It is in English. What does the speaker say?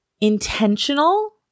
intentional